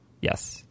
Yes